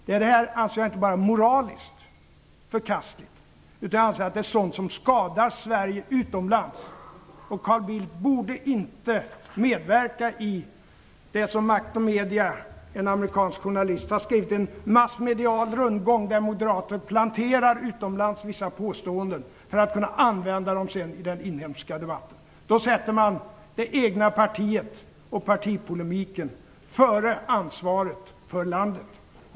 Det här är inte bara moraliskt förkastligt, utan jag anser att det är sådant som skadar Sverige utomlands. Carl Bildt borde inte medverka i det som en amerikansk journalist i Makt och Media har beskrivit som en massmedial rundgång, där moderater planterar utomlands vissa påståenden för att kunna använda dem sedan i den inhemska debatten. Då sätter man det egna partiet och partipolemiken före ansvaret för landet.